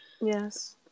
yes